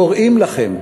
אנו קוראים לכם,